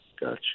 Gotcha